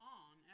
on